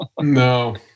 No